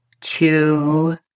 two